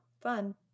Fun